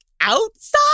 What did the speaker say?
outside